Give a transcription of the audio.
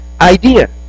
idea